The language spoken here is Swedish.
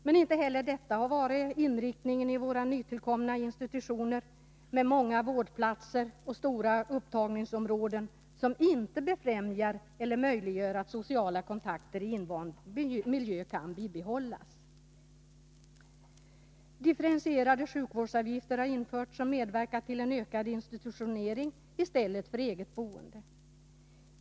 Men inte heller detta har varit inriktningen på våra nytillkomna institutioner med många vårdplatser och stora upptagningsområden, som inte befrämjar eller möjliggör att sociala kontakter i invand miljö kan bibehållas. Differentierade sjukvårdsavgifter har införts, vilket medverkar till en ökad institutionering i stället för eget boende.